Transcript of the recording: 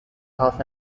half